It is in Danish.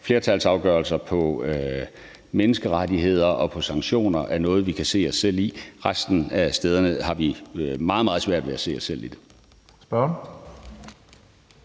flertalsafgørelser på menneskerettigheder og på sanktioner er noget, vi kan se os selv i. Resten af stederne har vi meget, meget svært ved at se os selv i det.